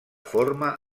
forma